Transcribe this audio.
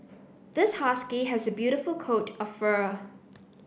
this husky has a beautiful coat of fur